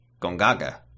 gongaga